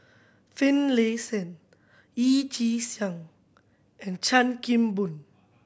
Finlayson Yee Chi Seng and Chan Kim Boon